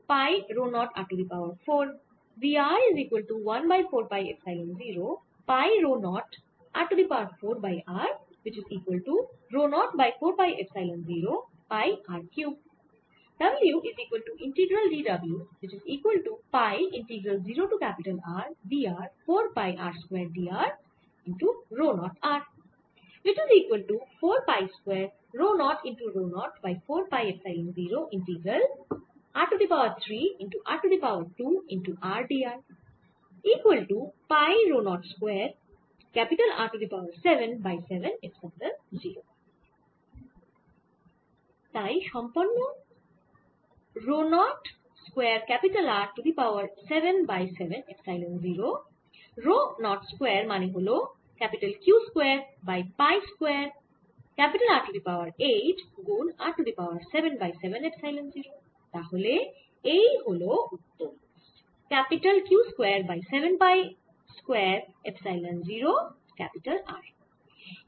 তাই সম্পন্ন rho 0 square R to the power 7 by 7 epsilon 0 rho 0 square মানে হল Q square by pi square R to the power 8 গুন r to the power 7 by 7 epsilon 0 তাহলে এই হল উত্তর Q square by 7 pi square epsilon 0 R